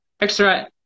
extra